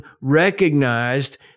recognized